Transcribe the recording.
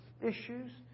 issues